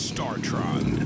Startron